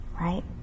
right